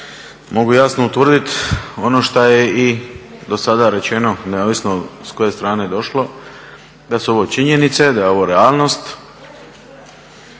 mogu jasno utvrditi ono što je i dosada rečeno neovisno s koje strane došlo da su ovo činjenice, da je ovo realnost